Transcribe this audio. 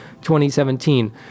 2017